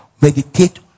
meditate